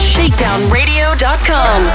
ShakedownRadio.com